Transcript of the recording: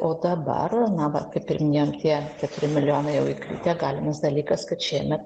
o dabar na va kaip ir minėjom tie keturi milijonai jau įkritę galimas dalykas kad šiemet